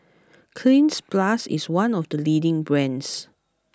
Cleanz Plus is one of the leading brands